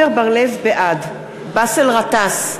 בעד באסל גטאס,